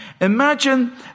Imagine